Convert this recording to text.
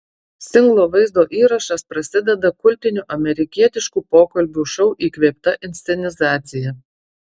singlo vaizdo įrašas prasideda kultinių amerikietiškų pokalbių šou įkvėpta inscenizacija